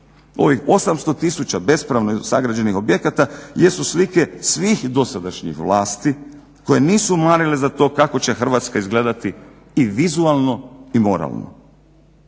Ovih 800 tisuća bespravno sagrađenih objekata jesu slike svih dosadašnjih vlasti koje nisu marile za to kako će Hrvatska izgledati i vizualno i moralno.